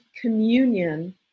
communion